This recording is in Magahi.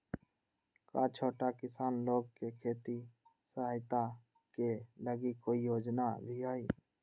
का छोटा किसान लोग के खेती सहायता के लगी कोई योजना भी हई?